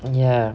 ya